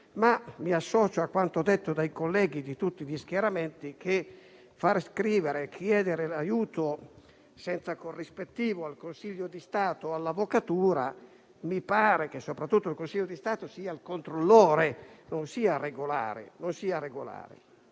mi associo a quanto detto dai colleghi di tutti gli schieramenti. Si vuole far scrivere e chiedere l'aiuto senza corrispettivo al Consiglio di Stato o all'Avvocatura, ma mi pare che soprattutto il Consiglio di Stato sia il controllore, non sia il regolatore.